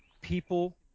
people